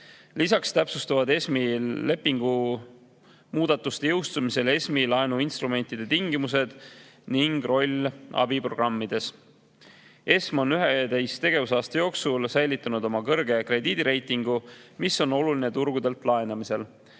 Lisaks täpsustuvad ESM‑i lepingu muudatuste jõustumisel ESM‑i laenuinstrumentide tingimused ning roll abiprogrammides. ESM on 11 tegevusaasta jooksul säilitanud oma kõrge krediidireitingu, mis on oluline turgudelt laenamisel.